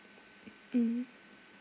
mm